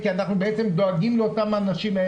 כי אנחנו דואגים לאותם אנשים.